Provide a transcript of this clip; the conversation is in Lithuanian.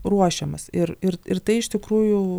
ruošiamas ir ir ir tai iš tikrųjų